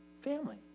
family